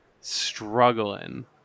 struggling